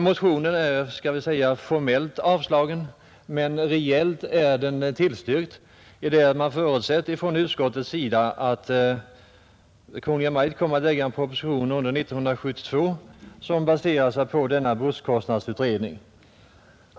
Motionen är så att säga formellt avstyrkt men reellt är den tillstyrkt i det att man från utskottets sida förutsätter att Kungl. Maj:t kommer att lägga fram en proposition 1972, som baserar sig på busskostnadsutredningen.